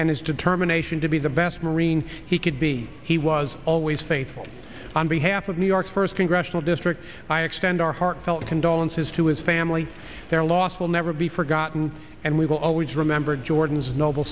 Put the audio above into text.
and his determination to be the best marine he could be he was always faithful on behalf of new york's first congressional district i extend our heartfelt condolences to his family their loss will never be forgotten and we will always remember jordan's noble